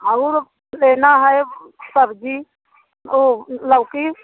और लेना है वह सब्ज़ी वह लौकी